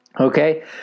Okay